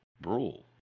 Brule